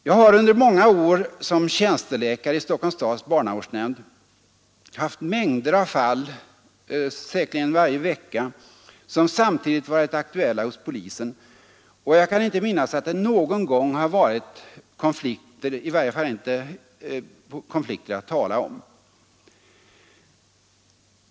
Jag har under många år som tjänsteläkare i Stockholms stads barnavårdsnämnd haft mängder av fall säkerligen varje vecka — som samtidigt varit aktuella hos polisen, och jag kan inte minnas att det någon gång har varit konflikter, i varje fall inte konflikter att tala om.